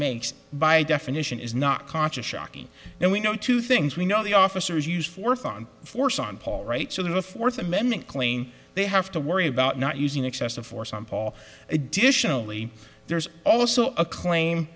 makes by definition is not conscious shockey and we know two things we know the officers use forth on force on paul right so the fourth amendment claim they have to worry about not using excessive force on paul additionally there's also a claim